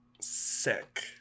Sick